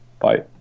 Bye